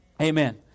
Amen